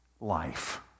life